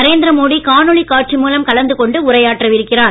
நரேந்திர மோடி காணொளி காட்சி மூலம் கலந்து கொண்டு உரையாற்ற இருக்கிறார்